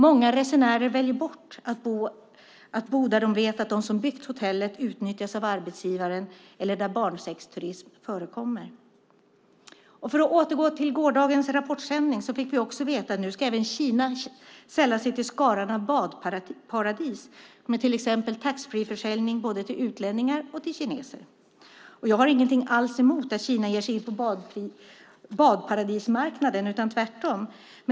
Många resenärer väljer bort att bo där de vet att de som byggt hotellet utnyttjats av arbetsgivaren eller där barnsexturism förekommer. För att återgå till gårdagens Rapport sändning fick vi också veta att nu ska även Kina sälla sig till skaran av badparadis med till exempel taxfreeförsäljning både till utlänningar och till kineser. Och jag har ingenting alls emot att Kina ger sig in på badparadismarknaden, tvärtom.